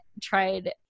tried